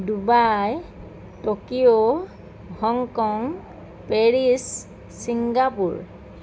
Dubai Tokyo Hong Kong Paris Singapore